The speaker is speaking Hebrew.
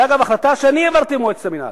זו, אגב, החלטה שאני העברתי במועצת המינהל: